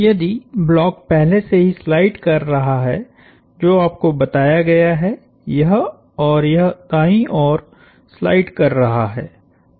यदि ब्लॉक पहले से ही स्लाइड कर रहा हैजो आपको बताया गया है यह और यह दाईं ओर स्लाइड कर रहा है